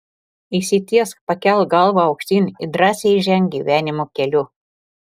išsitiesk pakelk galvą aukštyn ir drąsiai ženk gyvenimo keliu